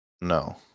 No